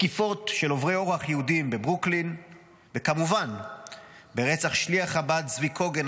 בתקיפות של עוברי אורח יהודים בברוקלין וכמובן ברצח שליח חב"ד צבי קוגן,